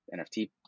NFT